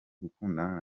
gukundana